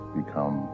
become